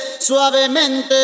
Suavemente